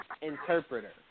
interpreter